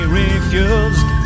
refused